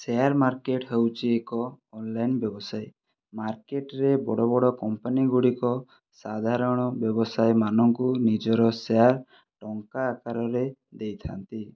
share market ହେଉଛି ଏକ online ବ୍ୟବସାୟ ମାର୍କେଟରେ ବଡ଼ ବଡ଼ କମ୍ପାନୀଗୁଡ଼ିକ ସାଧାରଣ ବ୍ୟବସାୟୀମାନଙ୍କୁ ନିଜର ସେୟାର ଟଙ୍କା ଆକାରରେ ଦେଇଥାନ୍ତି